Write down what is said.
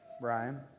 Brian